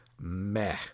meh